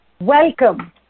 Welcome